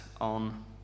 on